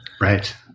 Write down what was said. Right